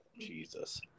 Jesus